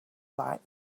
like